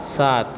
सात